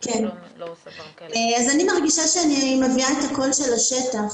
אני מרגישה שאני מביאה את הקול של השטח.